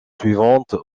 suivante